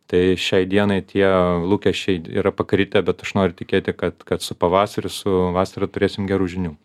tai šiai dienai tie lūkesčiai yra pakritę bet aš noriu tikėti kad kad su pavasariu su vasara turėsim gerų žinių